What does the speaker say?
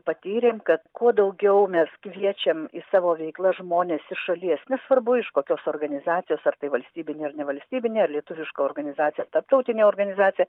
patyrėm kad kuo daugiau mes kviečiam į savo veiklą žmones iš šalies nesvarbu iš kokios organizacijos ar tai valstybinė ar nevalstybinė ar lietuviška organizacija ar tarptautinė organizacija